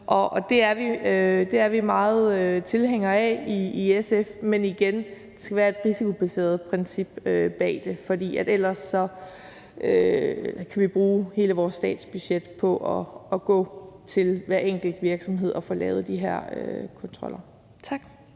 Det er vi meget tilhængere af i SF, men igen skal det være et risikobaseret princip, der er bag det, for ellers kan vi bruge hele vores statsbudget på at gå efter hver enkelt virksomhed og få lavet de her kontroller. Tak.